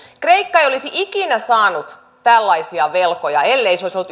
kreikka ei olisi ikinä saanut tällaisia velkoja ellei se olisi ollut